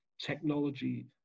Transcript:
technology